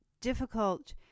difficult